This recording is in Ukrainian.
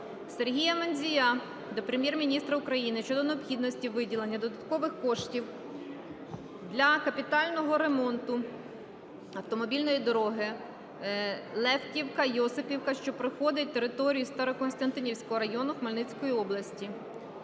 Сергія Мандзія до Прем'єр-міністра України щодо необхідності виділення додаткових коштів для капітального ремонту автомобільної дороги Левківка - Йосипівка, що проходить територією Старокостянтинівського району Хмельницької області.